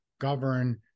govern